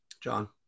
John